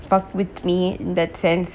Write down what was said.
fuck with me in that sense